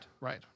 right